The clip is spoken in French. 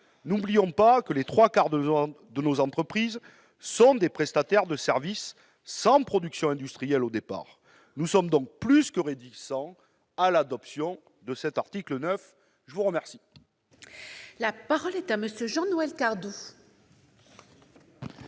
N'oublions pas que les trois quarts de nos entreprises sont des prestataires de services sans production industrielle. Nous sommes donc plus que réticents à l'adoption de cet article. La parole